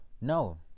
No